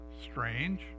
strange